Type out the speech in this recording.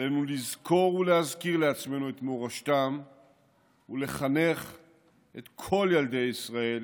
עלינו לזכור ולהזכיר לעצמנו את מורשתם ולחנך את כל ילדי ישראל